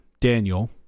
Daniel